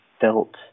felt